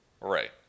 Right